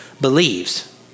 believes